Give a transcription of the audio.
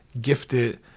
gifted